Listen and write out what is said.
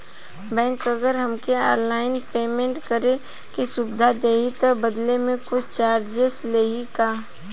Bank अगर हमके online payment करे के सुविधा देही त बदले में कुछ चार्जेस लेही का?